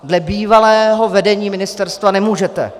Dle bývalého vedení ministerstva nemůžete.